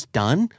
done